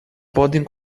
podem